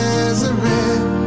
Nazareth